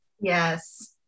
Yes